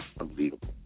Unbelievable